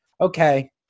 okay